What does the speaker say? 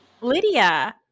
Lydia